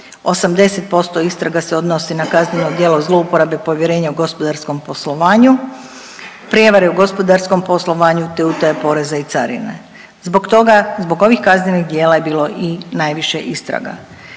80% istraga se odnosi na kazneno djelo zlouporabe povjerenja u gospodarskom poslovanju, prijevare u gospodarskom poslovanju te utaja poreza i carine. Zbog toga, zbog ovih kaznenih djela je bilo i najviše istraga.